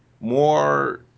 more